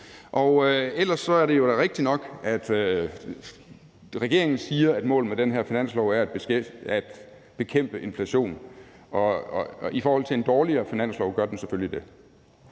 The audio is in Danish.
Ellers er det jo rigtigt nok, at regeringen siger, at målet med den her finanslov er at bekæmpe inflationen. Og i forhold til en dårligere finanslov gør den selvfølgelig det.